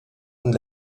cun